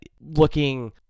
looking